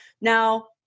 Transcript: Now